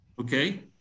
okay